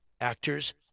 Actors